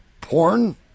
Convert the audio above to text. Porn